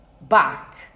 back